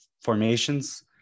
formations